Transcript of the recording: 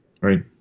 Right